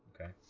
Okay